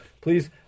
please